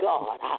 God